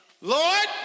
Lord